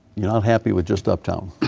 not happy with just uptown.